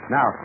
Now